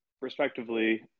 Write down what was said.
respectively